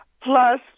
Plus